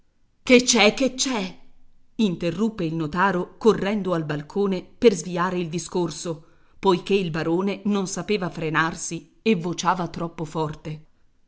che c'è che c'è interruppe il notaro correndo al balcone per sviare il discorso poiché il barone non sapeva frenarsi e vociava troppo forte